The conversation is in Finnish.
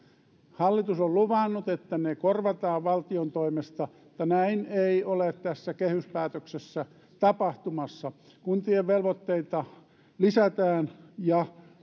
hallitus on luvannut että ne korvataan valtion toimesta mutta näin ei ole tässä kehyspäätöksessä tapahtumassa kuntien velvoitteita lisätään ja